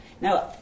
Now